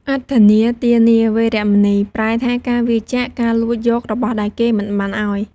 អទិន្នាទានា វេរមណី ប្រែថា ការវៀរចាកការលួចយករបស់ដែលគេមិនបានឲ្យ។